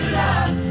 love